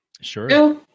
Sure